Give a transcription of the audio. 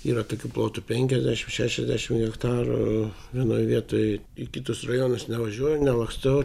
yra tokių plotų penkiasdešim šešiasdešim hektarų vienoj vietoj į kitus rajonus nevažiuoju nelakstau